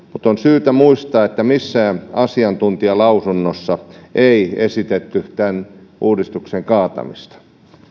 on syytä muistaa että missään asiantuntijalausunnossa ei esitetty tämän uudistuksen kaatamista